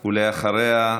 אחריה,